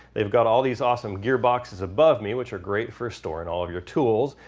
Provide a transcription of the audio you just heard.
they've got all these awesome gear boxes above me which are great for storing all of your tools,